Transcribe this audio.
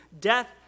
Death